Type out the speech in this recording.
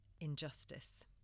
injustice